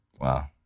Wow